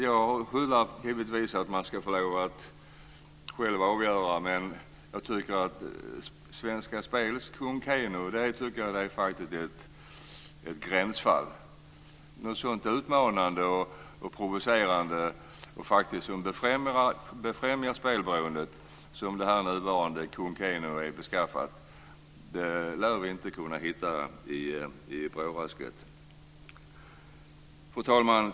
Jag hyllar principen att man själv ska få avgöra, men jag tycker att Svenska Spels Kung Keno är ett gränsfall. Något så utmanande och provocerande som befrämjar spelberoende lär vi inte kunna hitta i brådrasket. Fru talman!